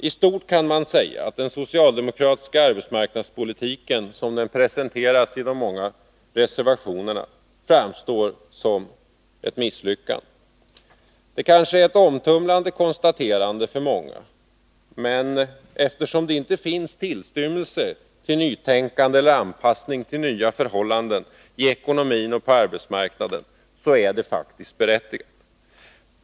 I stort kan man säga att den socialdemokratiska arbetsmarknadspolitiken framstår som ett misslyckande. Det kanske är ett omtumlande konstaterande för många, men eftersom det inte finns tillstymmelse till nytänkande eller anpassning till nya förhållanden i ekonomin och på arbetsmarknaden, så är konstaterandet berättigat.